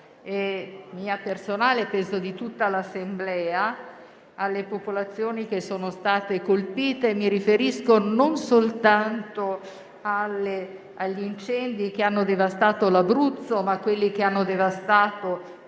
mia personale e penso di tutta l'Assemblea, alle popolazioni che sono state colpite. Mi riferisco non soltanto agli incendi che hanno devastato l'Abruzzo, ma anche a quelli che hanno devastato